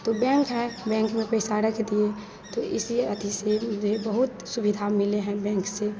तो बैंक हैं बैंक में पैसा रख दिए तो इस यह अथि से मुझे बहुत सुविधा मिली है बैंक से